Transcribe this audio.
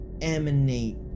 emanate